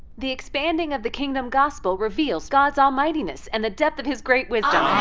the expanding of the kingdom gospel reveals god's almightiness and the depth of his great wisdom!